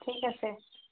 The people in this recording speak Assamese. ঠিক আছে